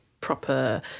proper